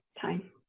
time